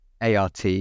ART